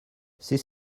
c’est